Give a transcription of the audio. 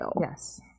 Yes